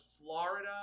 Florida